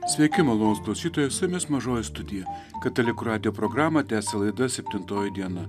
sveiki malonūs klausytojai su jumis mažoji studija katalikų radijo programą tęsia laida septintoji diena